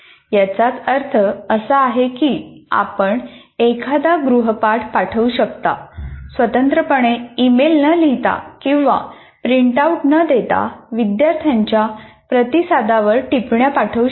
याचा अर्थ असा की आपण एखादा गृहपाठ पाठवू शकता स्वतंत्रपणे ईमेल न लिहिता किंवा प्रिंटआउट न घेता विद्यार्थ्यांच्या प्रतिसादावर टिप्पण्या पाठवू शकता